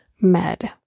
med